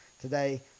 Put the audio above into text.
today